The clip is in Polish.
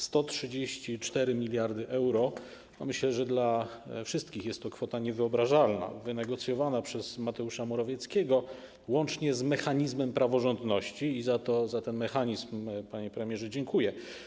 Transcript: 134 mld euro -myślę, że dla wszystkich jest to kwota niewyobrażalna - wynegocjowana została przez Mateusza Morawieckiego łącznie z mechanizmem praworządności i za ten mechanizm, panie premierze, dziękuję.